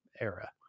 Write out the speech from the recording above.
era